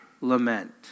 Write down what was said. lament